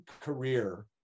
career